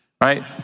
right